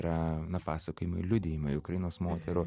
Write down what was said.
yra na pasakojimai liudijimai ukrainos moterų